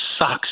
sucks